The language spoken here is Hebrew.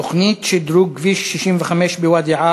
נעבור להצעה לסדר-היום בנושא: תוכנית שדרוג כביש 65 בוואדי-עארה,